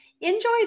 Enjoy